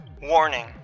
Warning